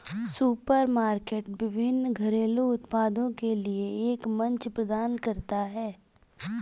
supermarket विभिन्न घरेलू उत्पादों के लिए एक मंच प्रदान करता है